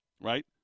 right